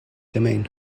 domain